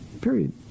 Period